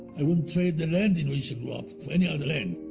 i wouldn't trade the land in which i grew up for any other land.